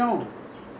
inside office